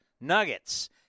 nuggets